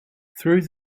through